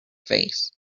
vase